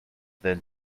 than